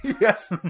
Yes